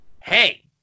Hey